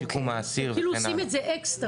הם כאילו עושים את זה אקסטרה.